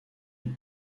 nous